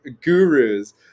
gurus